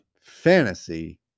Fantasy